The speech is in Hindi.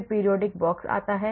फिर periodic box आता है